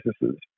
businesses